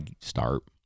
start